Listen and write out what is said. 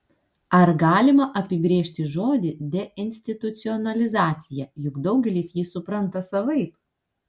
ar galima apibrėžti žodį deinstitucionalizacija juk daugelis jį supranta savaip